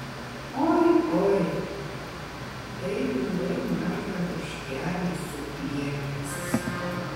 oi oi tai buvai margą laiškelį supliekęs